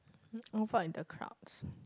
avoid the crowds